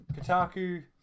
Kotaku